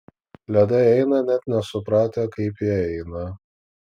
ledai eina net nesupratę kaip jie eina